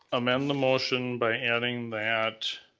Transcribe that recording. amend the motion by adding that